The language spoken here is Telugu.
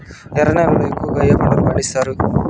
ఎర్ర నేలల్లో ఎక్కువగా ఏ పంటలు పండిస్తారు